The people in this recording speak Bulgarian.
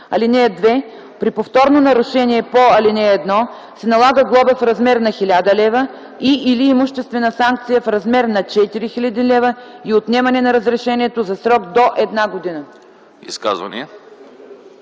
лв. (2) При повторно нарушение по ал. 1 се налага глоба в размер на 1000 лв. и/или имуществена санкция в размер на 4000 лв. и отнемане на разрешението за срок до една година.”